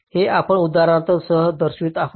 हे आपण या उदाहरणामध्ये दर्शवित आहोत